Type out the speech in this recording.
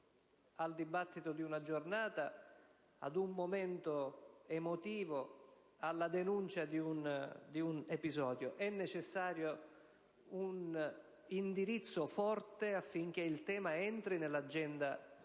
al dibattito di una giornata, ad un momento emotivo, alla denuncia di un episodio. È necessario un indirizzo forte affinché il tema entri nell'agenda del